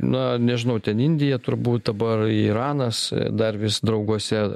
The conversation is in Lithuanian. na nežinau ten indija turbūt dabar iranas dar vis drauguose